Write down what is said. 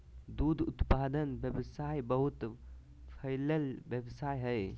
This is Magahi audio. दूध उत्पादन व्यवसाय बहुत फैलल व्यवसाय हइ